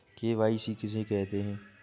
KYC किसे कहते हैं?